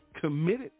committed